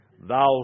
thou